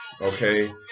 okay